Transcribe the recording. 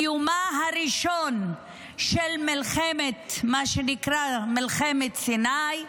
ביומה הראשון של מה שנקרא "מלחמת סיני",